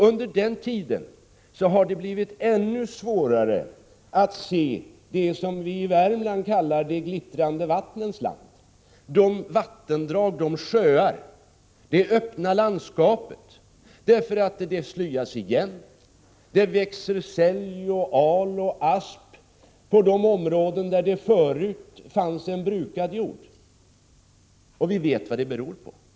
Under den tiden har det blivit ännu svårare att se det som vi i Värmland kallar de glittrande vattnens land: vattendragen, sjöarna, det öppna landskapet. Det slyas igen. Det växer sälg, al och asp på de områden där det förut fanns brukad jord. Vi vet vad detta beror på.